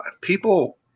people